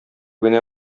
генә